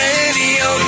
Radio